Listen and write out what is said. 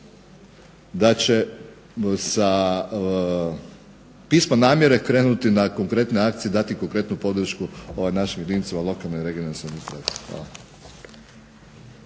da će sa pismom namjere krenuti na konkretne akcije, dati konkretnu podršku našim jedinicama lokalne i regionalne samouprave. Hvala.